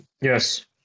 yes